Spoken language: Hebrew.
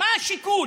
מה השיקול?